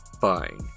Fine